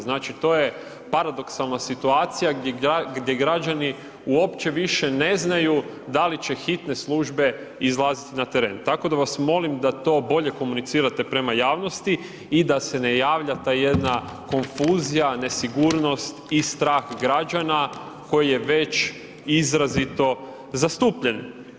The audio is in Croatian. Znači to je paradoksalna situacija gdje građani uopće više ne znaju da li će hitne službe izlaziti na teren, tako da vas molim da to bolje komunicirate prema javnosti i da se ne javlja ta jedna konfuzija, nesigurnost i strah građana koji je već izrazito zastupljen.